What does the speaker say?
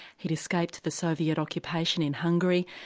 he'd escaped the soviet occupation in hungary,